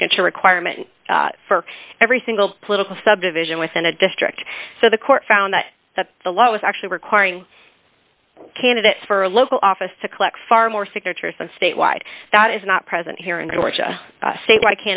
signature requirement for every single political subdivision within a district so the court found that the law was actually requiring candidates for local office to collect far more signatures and statewide that is not present here in georgia state why